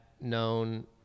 known